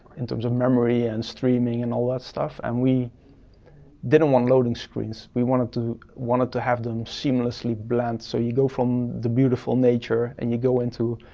in terms of memory and streaming and all that stuff, and we didn't want loading screens. we wanted to wanted to have them seamlessly blend so you go from the beautiful nature and you go into